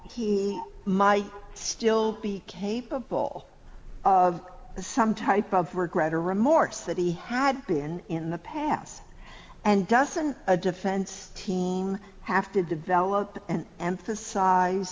he might still be capable of some type of regret or remorse that he had been in the past and doesn't a defense team have to develop and